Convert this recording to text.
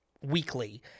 weekly